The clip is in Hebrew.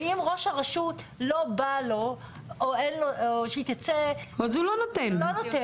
ואם ראש הרשות לא בא לו שהיא תצא, אז הוא לא נותן.